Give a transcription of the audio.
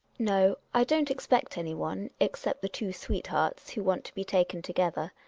no, i don't expect anyone, except the two sweethearts, who want to be taken together.